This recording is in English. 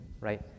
Right